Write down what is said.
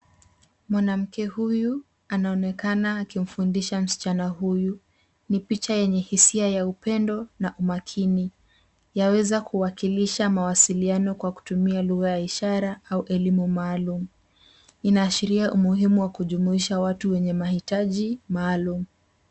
Mwanamke huyu anaonekana akimfundisha msichana huyu. Ni picha yenye hisia ya upendo na umakini. Yaweza kuwakilisha mawasiliano kwa kutumia lugha ya ishara au elimu maalum. Inaashiria umuhimu wa kujumuisha watu wenye mahitaji maalum.